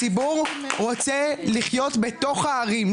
הציבור רוצה לחיות בתוך הערים,